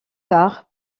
tard